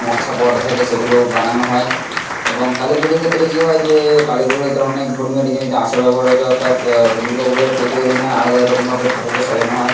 লাচ্ছা পরোটা থাকে সেগুলো বানানো হয় এবং কালী পুজোর ক্ষেত্রে কী হয় যে কালী পুজোর ক্ষেত্রে অনেক ধর্মীয় রীতিনীতি আচার ব্যবহার রয়েছে অর্থাৎ দুর্গা পুজোর প্রতিটা দিনে আলাদা আলাদা রকমভাবে ঠাকুরকে সাজানো হয়